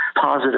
positive